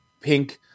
pink